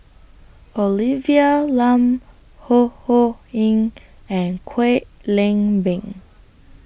Olivia Lum Ho Ho Ying and Kwek Leng Beng